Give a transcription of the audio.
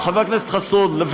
חבר הכנסת חסון,